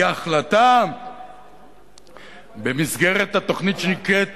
היא ההחלטה במסגרת התוכנית שנקראת